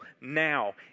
now